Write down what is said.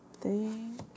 Thank